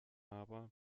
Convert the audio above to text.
aber